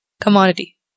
Commodity